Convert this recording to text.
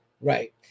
right